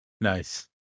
Nice